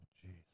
Jesus